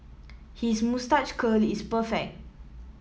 his moustache curl is perfect